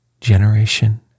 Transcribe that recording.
generation